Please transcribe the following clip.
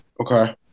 Okay